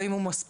האם הוא מספיק?